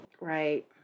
Right